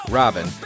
robin